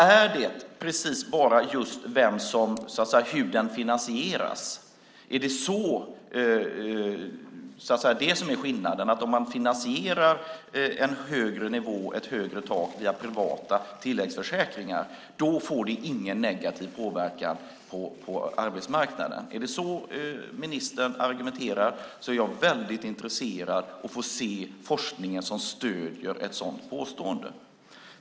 Är det precis bara just hur den finansieras som är skillnaden - alltså att om man finansierar ett högre tak via privata tilläggsförsäkringar får det ingen negativ påverkan på arbetsmarknaden? Om det är så ministern argumenterar är jag väldigt intresserad av att få se forskningen som stöder ett sådant påstående.